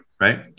right